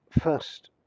first